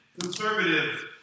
conservative